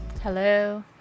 Hello